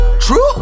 true